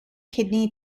kidney